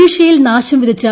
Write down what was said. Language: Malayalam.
ഒഡീഷയിൽ നാശം വിതച്ചു